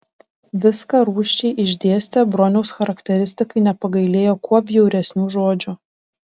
viską rūsčiai išdėstė broniaus charakteristikai nepagailėjo kuo bjauresnių žodžių